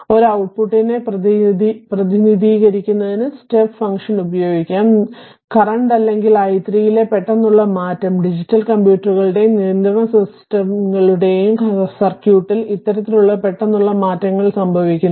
അതിനാൽ ഒരു ഔട്ട്പുട്ടിനെ പ്രതിനിധീകരിക്കുന്നതിന് സ്റ്റെപ്പ് ഫംഗ്ഷൻ ഉപയോഗിക്കാം നിലവിലെ അല്ലെങ്കിൽ i3 ലെ പെട്ടെന്നുള്ള മാറ്റം ഡിജിറ്റൽ കമ്പ്യൂട്ടറുകളുടെയും നിയന്ത്രണ സിസ്റ്റങ്ങളുടെയും സർക്യൂട്ടിൽ ഇത്തരത്തിലുള്ള പെട്ടെന്നുള്ള മാറ്റങ്ങൾ സംഭവിക്കുന്നു